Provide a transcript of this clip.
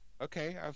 Okay